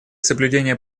соблюдение